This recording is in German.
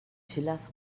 schillers